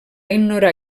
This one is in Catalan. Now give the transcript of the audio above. ignorar